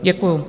Děkuju.